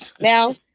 Now